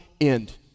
end